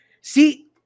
See